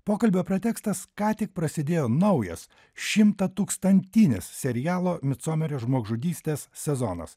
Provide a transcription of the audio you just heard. pokalbio pretekstas ką tik prasidėjo naujas šimtatūkstantinis serialo micomerio žmogžudystes sezonas